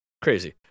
Crazy